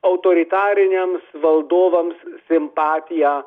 autoritariniams valdovams simpatiją